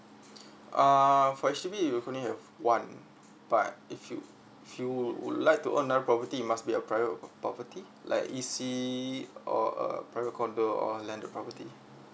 uh for H_D_B we've only have one but if you if you would like to own another property it must be a private property like E_C or a private condo or a landed property